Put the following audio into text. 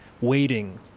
waiting